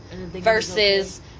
versus